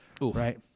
Right